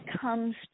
comes